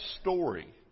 story